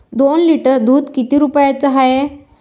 दोन लिटर दुध किती रुप्याचं हाये?